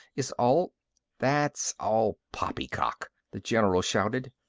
is all that's all poppycock! the general shouted.